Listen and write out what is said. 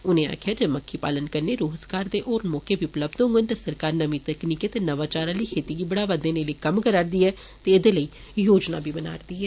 उनें आक्खेआ जे मक्खीपालन कन्नै रोजगार दे होर मौके बी उपलब्ध होंगन ते सरकार नमी तकनीकें ते नवाचार आली खेती गी बढ़ावा देने लेई कम्म करा'रदी ऐ ते ऐह्दे लेई योजना बना'रदी ऐ